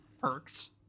perks